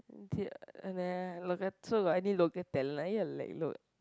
so got any local talent